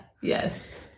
Yes